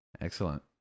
Excellent